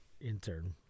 intern